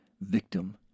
victim